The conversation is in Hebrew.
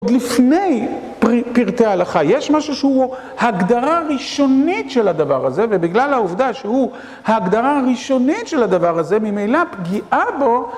עוד לפני פרטי ההלכה, יש משהו שהוא הגדרה ראשונית של הדבר הזה, ובגלל העובדה שהוא ההגדרה הראשונית של הדבר הזה, ממילא פגיעה בו...